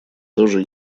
тоже